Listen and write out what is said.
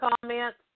comments